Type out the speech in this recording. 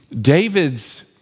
David's